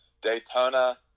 Daytona